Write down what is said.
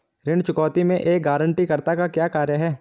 ऋण चुकौती में एक गारंटीकर्ता का क्या कार्य है?